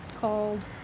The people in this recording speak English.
called